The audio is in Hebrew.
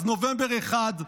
אז נובמבר 1,